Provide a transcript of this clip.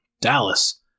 Dallas